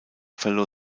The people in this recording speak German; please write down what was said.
verlor